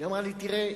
אמרה לי: תראה,